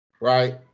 right